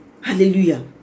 Hallelujah